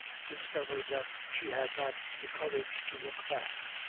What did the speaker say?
discovered that she had not the courage to look back.